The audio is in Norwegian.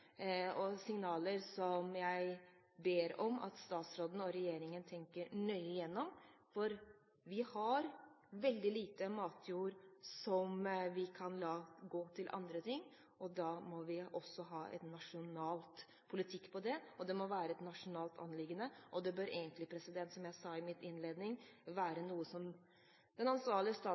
og signaler jeg ber om at statsråden og regjeringen tenker nøye gjennom, for vi har veldig lite matjord som vi kan la gå til andre ting. Da må vi også ha en nasjonal politikk på det, det må være et nasjonalt anliggende, og det bør egentlig – som jeg sa i min innledning – være noe som